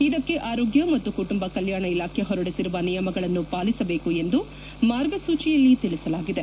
ಇದಕ್ಕೆ ಆರೋಗ್ಯ ಮತ್ತು ಕುಟುಂಬ ಕಲ್ಮಾಣ ಇಲಾಖೆ ಹೊರಡಿಸಿರುವ ನಿಯಮಗಳನ್ನು ಪಾಲಿಸಬೇಕು ಎಂದು ಮಾರ್ಗಸೂಚಿಯಲ್ಲಿ ತಿಳಿಸಲಾಗಿದೆ